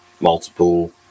multiple